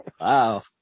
Wow